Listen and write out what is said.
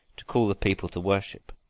to call the people to worship.